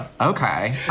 okay